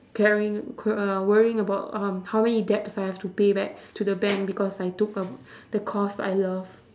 caring cr~ uh worrying about um how many debts I have to pay back to the bank because I took um the course I love